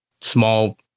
small